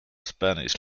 spanish